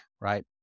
right